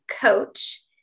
coach